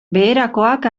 beherakoak